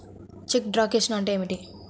చెక్కు truncation అంటే ఏమిటి?